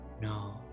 No